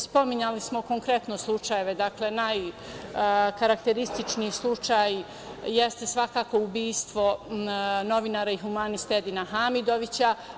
Spominjali smo konkretne slučajeve, a najkarakterističniji je slučaj svakako ubistvo novinara i humanista Edina Hamidovića.